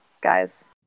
guys